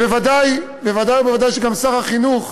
ובוודאי, בוודאי ובוודאי שגם שר החינוך